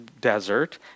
desert